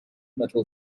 metal